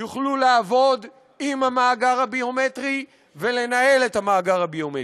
יוכלו לעבוד עם המאגר הביומטרי ולנהל את המאגר הביומטרי.